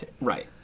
Right